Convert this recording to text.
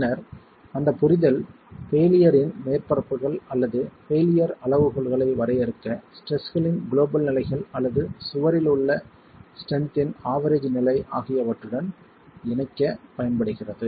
பின்னர் அந்த புரிதல் பெயிலியர்ரின் மேற்பரப்புகள் அல்லது பெயிலியர் அளவுகோல்களை வரையறுக்க ஸ்ட்ரெஸ்களின் குளோபல் நிலைகள் அல்லது சுவரில் உள்ள ஸ்ட்ரெஸ் இன் ஆவெரேஜ் நிலை ஆகியவற்றுடன் இணைக்கப் பயன்படுகிறது